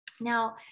Now